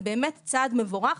זה באמת צעד מבורך.